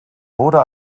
wurde